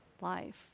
life